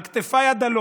על כתפיי הדלות,